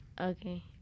Okay